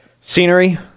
Scenery